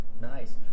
nice